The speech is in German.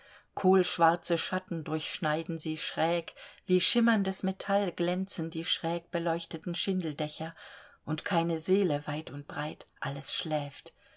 kohlschwarze schatten durchschneiden sie schräg wie schimmerndes metall glänzen die schräg beleuchteten schindeldächer und keine seele weit und breit alles schläft